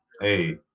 Hey